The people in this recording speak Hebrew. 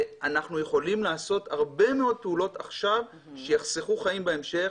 אנחנו יכולים לעשות הרבה מאוד פעולות עכשיו שיחסכו חיים בהמשך.